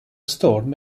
storm